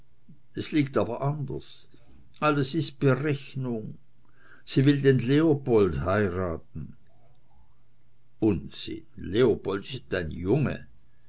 es liegt aber anders alles ist berechnung sie will den leopold heiraten unsinn leopold ist ein junge